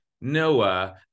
Noah